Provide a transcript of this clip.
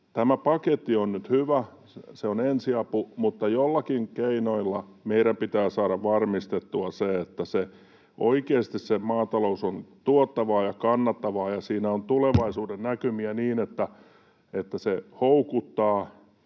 Tämä paketti on nyt hyvä, se on ensiapu, mutta joillakin keinoilla meidän pitää saada varmistettua se, että oikeasti se maatalous on tuottavaa ja kannattavaa ja siinä on tulevaisuudennäkymiä niin, että se houkuttaa